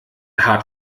hart